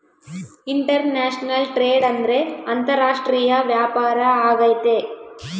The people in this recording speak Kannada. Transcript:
ಇಂಟರ್ನ್ಯಾಷನಲ್ ಟ್ರೇಡ್ ಅಂದ್ರೆ ಅಂತಾರಾಷ್ಟ್ರೀಯ ವ್ಯಾಪಾರ ಆಗೈತೆ